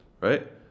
right